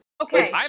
Okay